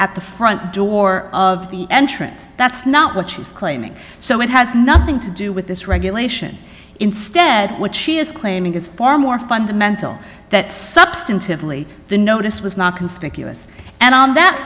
at the front door of the entrance that's not what she's claiming so it has nothing to do with this regulation instead what she is claiming is far more fundamental that substantively the notice was not conspicuous and on that